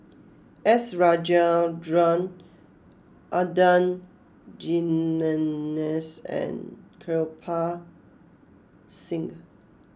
S Rajendran Adan Jimenez and Kirpal Singh